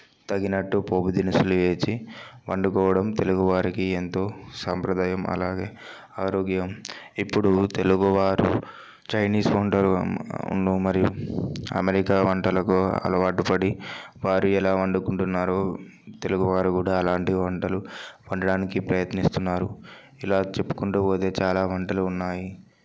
తగినట్టు పోపుదినుసులు వేచి వండుకోవడం తెలుగువారికి ఎంతో సాంప్రదాయం అలాగే ఆరోగ్యం ఇప్పుడు తెలుగు వారు చైనీస్ వంటలను మరియు అమెరికా వంటలకు అలవాటు పడి వారు ఎలా వండుకుంటున్నారో తెలుగువారు కూడా అలాంటి వంటలు వండటానికి ప్రయత్నిస్తున్నారు ఇలా చెప్పుకుంటూ పోతే చాలా వంటలు ఉన్నాయి